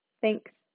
Thanks